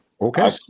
Okay